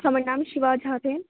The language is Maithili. हमर नाम शिवा झा भेल